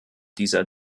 dieser